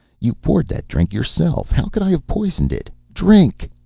you poured that drink yourself. how could i have poisoned it? drink!